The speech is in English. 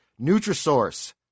Nutrisource